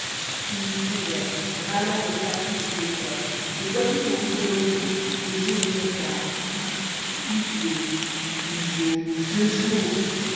il courait râlant de fatigue et de peur et voici qu'au bout de l'horizon le jour monta triste pluvieux le jour le jour